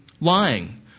lying